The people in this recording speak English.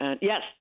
Yes